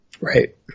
Right